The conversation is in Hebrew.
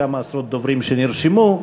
כמה עשרות דוברים נרשמו.